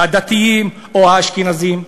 לדתיים או לאשכנזים?